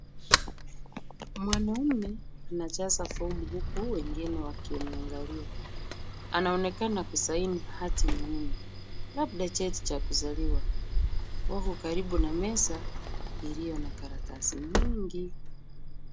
Mwanaume anajaza fomu huku wengine wakiangalia. Anaonekana kusign hati muhimu labda cheti cha kuzaliwa yuko karibu na meza iliyo na karatasi nyingi.